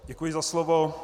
Děkuji za slovo.